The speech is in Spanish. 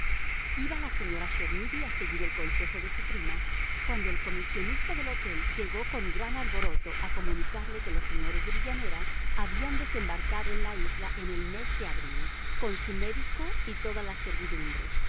iba la señora chermidy a seguir el consejo de su prima cuando el comisionista del hotel llegó con gran alboroto a comunicarle que los señores de villanera habían desembarcado en la isla en el mes de abril con su médico y toda la servidumbre